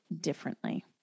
differently